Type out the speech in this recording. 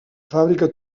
fàbrica